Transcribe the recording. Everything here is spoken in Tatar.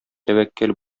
тәвәккәл